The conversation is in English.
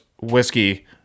whiskey